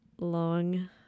long